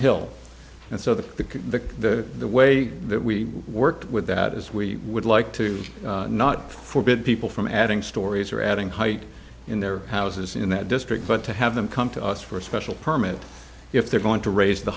hill and so the way that we worked with that is we would like to not forbidden people from adding stories or adding height in their houses in that district but to have them come to us for a special permit if they're going to raise the